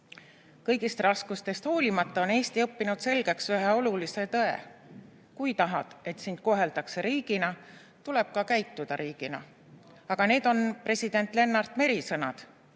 "Kõigist raskustest hoolimata on Eesti õppinud selgeks ühe olulise tõe: kui tahad, et sind koheldakse riigina, tuleb ka käituda riigina." Need on aga president Lennart Meri sõnad,